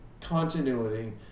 continuity